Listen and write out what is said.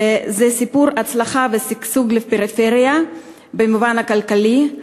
וזה סיפור הצלחה ושגשוג לפריפריה במובן הכלכלי.